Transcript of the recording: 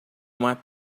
uma